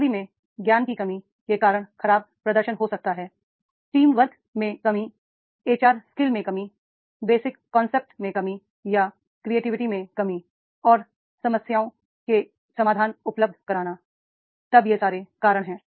नौकरी में ज्ञान की कमी के कारण खराब प्रदर्शन हो सकता है टीम वर्क teamwork में कमी एचआर स्किल्स HR skills में कमी बेसिक कॉन्सेप्ट्स में कमी या क्रिएटिविटी में कमी और समस्याओं के समाधान उपलब्ध कराना तब यह सारे कारण हैं